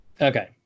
Okay